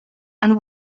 and